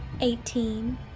Eighteen